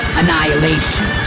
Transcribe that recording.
annihilation